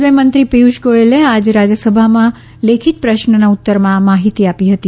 રેલવેમંત્રી પિયૂષ ગોયલે આજે રાજ્યસભામાં લેખિત પ્રશ્નના ઉત્તરમાં આ માહિતી આપી હતી